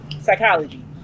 psychology